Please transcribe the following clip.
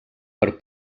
per